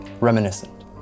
reminiscent